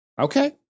Okay